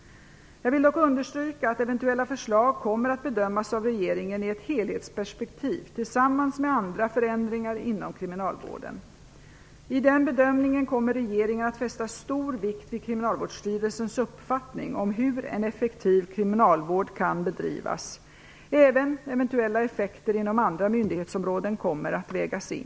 Jag vill dock understryka att eventuella förslag kommer att bedömas av regeringen i ett helhetsperspektiv tillsammans med andra förändringar inom kriminalvården. I denna bedömning kommer regeringen att fästa stor vikt vid Kriminalvårdsstyrelsens uppfattning om hur en effektiv kriminalvård kan bedrivas. Även eventuella effekter inom andra myndighetsområden kommer att vägas in.